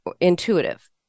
intuitive